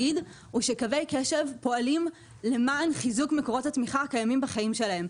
קווי קשב פועלים למען חיזוק מקורות התמיכה הקיימים בחיים שלהם.